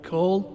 Call